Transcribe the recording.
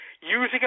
Using